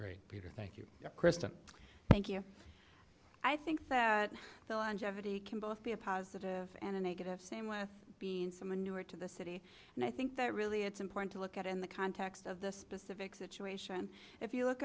peter thank you kristen thank you i think that the longevity can both be a positive and a negative same with being someone new or to the city and i think that really it's important to look at in the context of the specific situation if you look